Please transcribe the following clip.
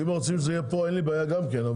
אם רוצים שזה יהיה פה, אין לי בעיה גם כן.